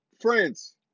friends